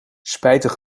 spijtig